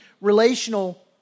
relational